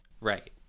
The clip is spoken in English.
Right